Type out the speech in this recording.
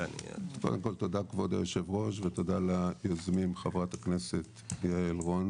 קודם כל תודה כבוד היו"ר ותודה ליוזמים ח"כ יעל רון